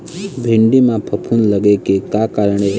भिंडी म फफूंद लगे के का कारण ये?